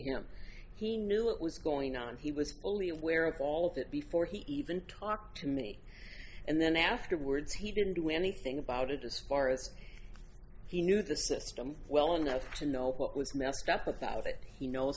him he knew what was going on and he was fully aware of all of it before he even talked to me and then afterwards he didn't do anything about it as far as he knew the system well enough to know what was messed up about it he knows